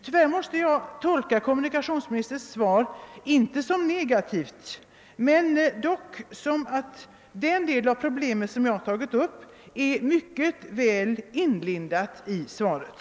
Den del av problemkomplexet som jag har tagit upp i min fråga är mycket väl inlindad i svaret, även om detta inte direkt är negativt.